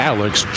Alex